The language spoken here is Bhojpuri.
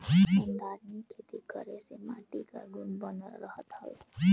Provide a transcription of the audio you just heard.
संधारनीय खेती करे से माटी कअ गुण बनल रहत हवे